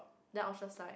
and I was just like